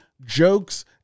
jokes